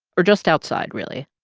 or just outside, really.